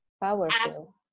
Powerful